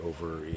over